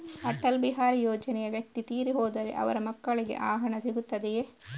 ಅಟಲ್ ಬಿಹಾರಿ ಯೋಜನೆಯ ವ್ಯಕ್ತಿ ತೀರಿ ಹೋದರೆ ಅವರ ಮಕ್ಕಳಿಗೆ ಆ ಹಣ ಸಿಗುತ್ತದೆಯೇ?